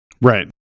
Right